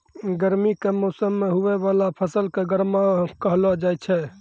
गर्मी के मौसम मे हुवै वाला फसल के गर्मा कहलौ जाय छै